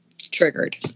triggered